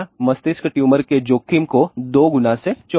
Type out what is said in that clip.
मस्तिष्क ट्यूमर के जोखिम को दोगुना से चौगुना